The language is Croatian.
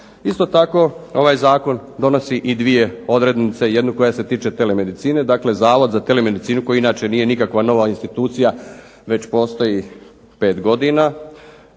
Isto tako, ovaj zakon donosi i dvije odrednice. Jednu koja se tiče tele medicine. Dakle, Zavod za telemedicinu koji inače nije nikakva nova institucija već postoji pet godina